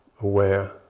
aware